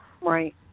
Right